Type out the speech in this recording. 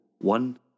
one